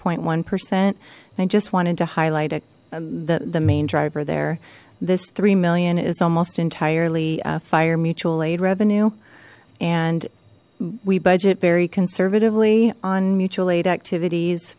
point one percent i just wanted to highlight a the main driver there this three million is almost entirely fire mutual aid revenue and we budget very conservatively on mutual aid activities